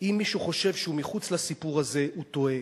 אם מישהו חושב שהוא מחוץ לסיפור הזה, הוא טועה.